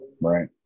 right